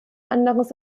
anderes